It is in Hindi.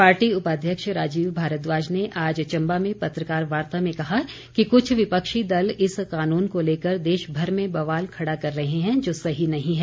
पार्टी उपाध्यक्ष राजीव भारद्वाज ने आज चम्बा में पत्रकार वार्ता में कहा कि कृछ विपक्षी दल इस कानून को लेकर देशभर में बवाल खड़ा कर रहे हैं जो सही नहीं है